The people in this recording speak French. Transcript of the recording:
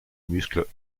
muscles